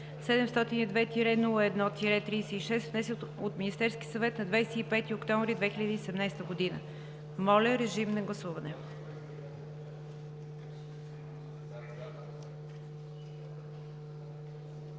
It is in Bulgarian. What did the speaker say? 702-01-36, внесен от Министерския съвет на 25 октомври 2017 г. Моля, режим на гласуване.